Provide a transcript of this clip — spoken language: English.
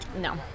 No